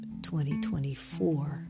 2024